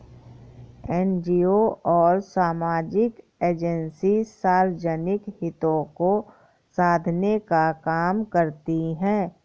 NGO और सामाजिक agency सार्वजनिक हितों को साधने का काम करती हैं